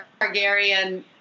Targaryen